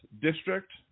district